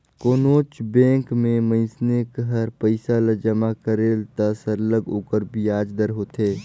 कोनोच बंेक में मइनसे हर पइसा ल जमा करेल त सरलग ओकर बियाज दर होथे